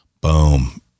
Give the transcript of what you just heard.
Boom